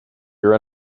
your